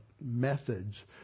methods